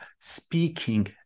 speaking